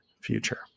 future